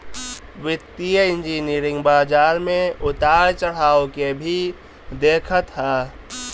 वित्तीय इंजनियरिंग बाजार में उतार चढ़ाव के भी देखत हअ